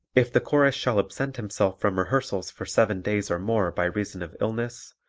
if the chorus shall absent himself from rehearsals for seven days or more by reason of illness,